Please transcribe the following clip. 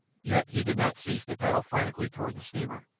yet he did not cease to paddle frantically toward the steamer,